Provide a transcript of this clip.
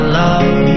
love